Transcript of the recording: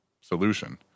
solution